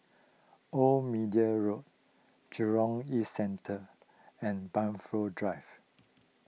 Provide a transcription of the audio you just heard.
Old Middle Road Jurong East Central and Blandford Drive